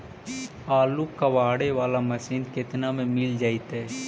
आलू कबाड़े बाला मशीन केतना में मिल जइतै?